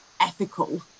ethical